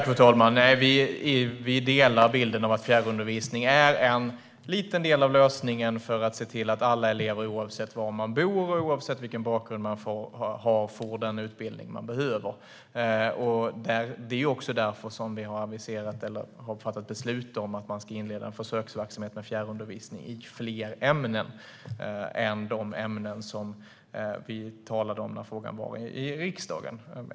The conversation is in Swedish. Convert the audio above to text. Fru talman! Vi delar bilden av att fjärrundervisning är en liten del av lösningen för att se till att alla elever oavsett var de bor och oavsett vilken bakgrund de har får den utbildning de behöver. Det är också därför som vi har fattat beslut om att man ska inleda en försöksverksamhet med fjärrundervisning i fler ämnen än de ämnen som vi talade om när frågan var i riksdagen.